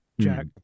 Jack